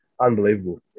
unbelievable